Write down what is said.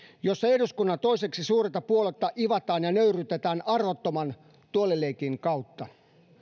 jossa eduskunnan toiseksi suurinta puoluetta ivataan ja nöyryytetään armottoman tuolileikin kautta